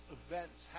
events